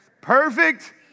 perfect